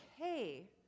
okay